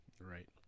right